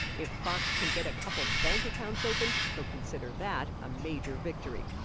if fox can get a couple bank accounts opened, he'll consider that a major victory.